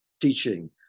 teaching